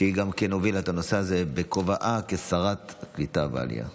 שגם הובילה את הנושא הזה בכובעה כשרת העלייה והקליטה.